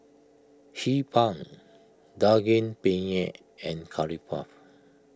Hee Pan Daging Penyet and Curry Puff